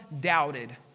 doubted